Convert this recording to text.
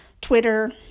Twitter